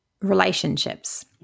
Relationships